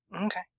okay